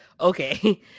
okay